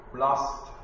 Blast